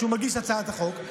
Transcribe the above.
שהוא מגיש הצעת החוק,